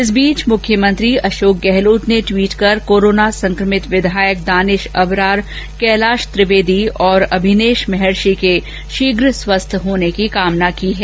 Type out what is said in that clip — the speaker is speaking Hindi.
इस बीच मुख्यमंत्री अशोक गहलोत ने दवीट कर कोरोना संक्रमित विघायक दानिश अबरार कैलाश त्रिवेदी और अभिनेश महर्षि के शीघ स्वस्थ होने की कामना की है